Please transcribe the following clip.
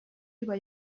über